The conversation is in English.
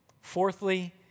Fourthly